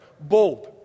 bold